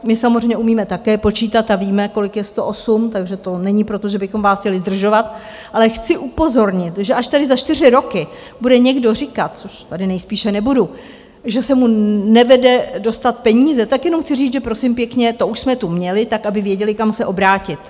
My samozřejmě umíme také počítat a víme, kolik je 108, takže to není proto, že bychom vás chtěli zdržovat, ale chci upozornit, že až tady za čtyři roky bude někdo říkat to už tady nejspíš nebudu že se mu nevede dostat peníze, tak jenom chci říct, že prosím pěkně, to už jsme tu měli, tak aby věděli, kam se obrátit.